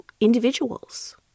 individuals